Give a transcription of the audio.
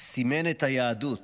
סימן את היהדות